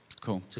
Cool